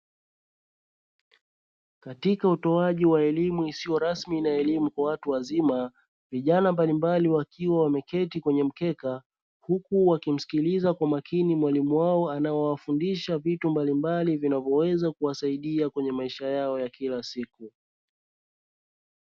Katika utoaji wa elimu isiyo rasmi na elimu kwa watu wazima, vijana mbalimbali wakiwa wameketi kwenye mkeka. Huku wakimsikiliza kwa makini mwalimu wao anaowafundisha vitu mbalimbali vinavyoweza kuwasaidia kwenye maisha yao ya kila siku.